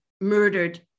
murdered